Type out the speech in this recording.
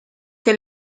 que